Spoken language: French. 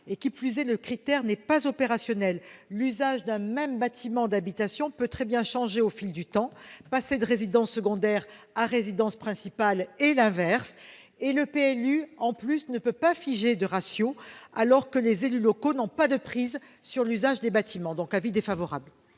En outre, le critère retenu n'est pas opérationnel : l'usage d'un même bâtiment d'habitation peut changer au fil du temps et passer de résidence secondaire à résidence principale ou l'inverse. Le PLU ne peut pas figer de ratio, alors que les élus locaux n'ont pas de prise sur l'usage des bâtiments. Aussi, l'avis est défavorable.